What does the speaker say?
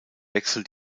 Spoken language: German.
wechsel